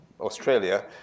Australia